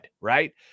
right